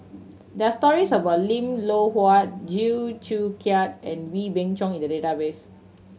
there are stories about Lim Loh Huat Chew Joo Chiat and Wee Beng Chong in the database